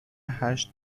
هشت